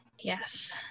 yes